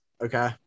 okay